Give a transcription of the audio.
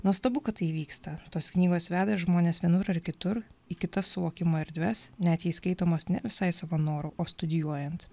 nuostabu kad tai vyksta tos knygos veda žmones vienur ar kitur į kitas suvokimo erdves net jei skaitomos ne visai savo noru o studijuojant